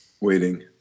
Waiting